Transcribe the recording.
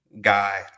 guy